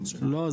לא,